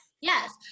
Yes